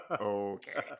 Okay